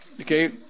Okay